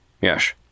Yes